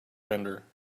render